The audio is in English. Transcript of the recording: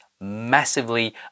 massively